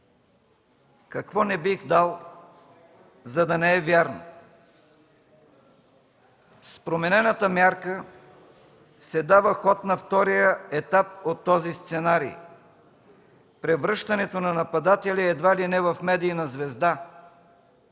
Какво не бих дал, за да не е вярно! С променената мярка се дава ход на втория етап от този сценарий – превръщането на нападателя едва ли не в медийна звезда.